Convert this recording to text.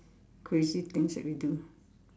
crazy things that we do